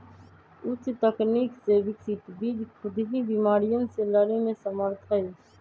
उच्च तकनीक से विकसित बीज खुद ही बिमारियन से लड़े में समर्थ हई